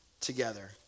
together